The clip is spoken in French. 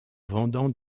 vendant